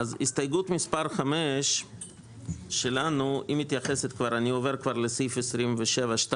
אז הסתייגות מס' 5 שלנו מתייחסת אני עובר כבר לסעיף 27(2)